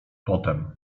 potem